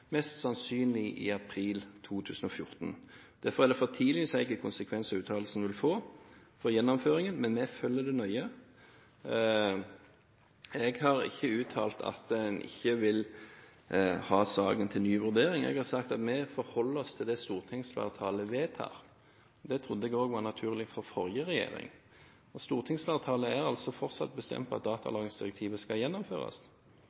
mest sannsynlig i april 2014. Derfor er det for tidlig å si hvilke konsekvenser uttalelsen vil få for gjennomføringen, men vi følger det nøye. Jeg har ikke uttalt at en ikke vil ha saken til ny vurdering. Jeg har sagt at vi forholder oss til det stortingsflertallet vedtar. Det trodde jeg også var naturlig for forrige regjering. Stortingsflertallet er fortsatt bestemt på at